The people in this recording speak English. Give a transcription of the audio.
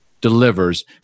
delivers